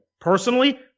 Personally